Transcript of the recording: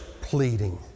pleading